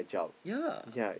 yea